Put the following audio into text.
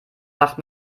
wacht